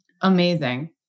Amazing